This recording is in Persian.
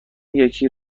یکی